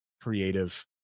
creative